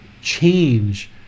change